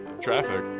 traffic